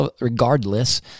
regardless